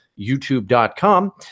YouTube.com